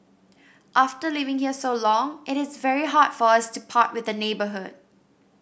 after living here so long it is very hard for us to part with the neighbourhood